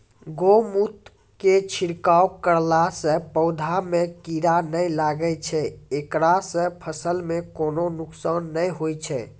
गोमुत्र के छिड़काव करला से पौधा मे कीड़ा नैय लागै छै ऐकरा से फसल मे कोनो नुकसान नैय होय छै?